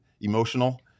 emotional